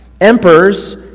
Emperors